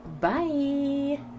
Bye